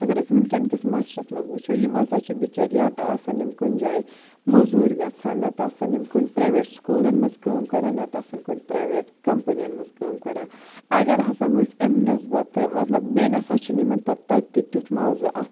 اَگر أسۍ ؤنکیٚن کِس معاشرَس منٛز وُچھو یِم ہسا چھِ بِچٲرۍ یا تہِ آسان یِم کُنہِ جایہِ موٚزوٗرۍ گژھان نتہٕ آسان یِم کُنہِ پرٛیویٹ سکوٗلَن منٛز کٲم کران نتہٕ آسان کُنہِ پرٛیویٹ کَمپٔنِین منٛز کٲم کران اَگر ہسا أسۍ اَمہِ نیسبَتہٕ مطلب بیٚیہِ نسا چھِنہٕ یِمن پَتہٕ تَتہِ تہِ تیُتھ معاوضہٕ اَتھ